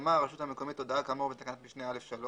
פרסמה הרשות המקומית הודעה כאמור בתקנת משנה (א)(3),